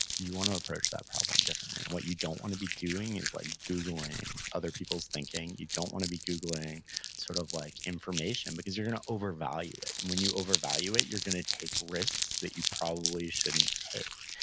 you wanna approach that problem differently. and what you don't wanna be doing is like googling other people's thinking. you don't wanna be googling sort of like information because you're gonna overvalue it, and when you overvalue it, you're gonna take risks that you probably shouldn't take,